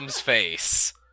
face